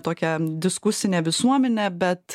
tokią diskusinę visuomenę bet